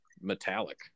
metallic